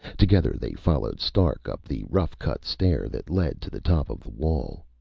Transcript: together they followed stark up the rough-cut stair that led to the top of the wall.